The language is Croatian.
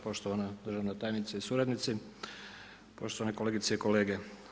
Poštovana državna tajnice i suradnici, poštovane kolegice i kolege.